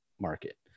market